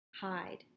hide